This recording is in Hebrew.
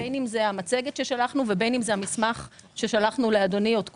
בין אם זה המצגת ששלחנו ובין אם זה המסמך ששלחנו לאדוני עוד קודם,